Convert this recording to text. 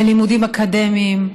ללימודים אקדמיים,